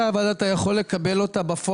בין כאלה שקיבלו ובין כאלה שעוד יקבלו בעתיד,